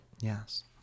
Yes